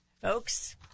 Folks